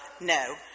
no